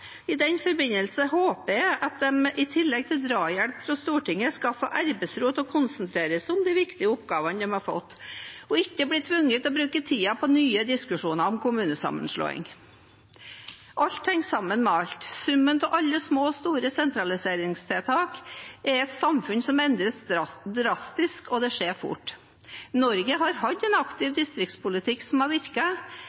I den forbindelse håper jeg at de i tillegg til drahjelp fra Stortinget, skal få arbeidsro til å konsentrere seg om de viktige oppgavene de har fått, og ikke bli tvunget til å bruke tiden på nye diskusjoner om kommunesammenslåing. Alt henger sammen med alt. Summen av alle små og store sentraliseringstiltak er at samfunnet endres drastisk, og det skjer fort. Norge har hatt en aktiv